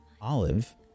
Olive